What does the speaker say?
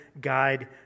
guide